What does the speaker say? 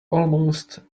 almost